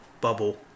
bubble